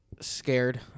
scared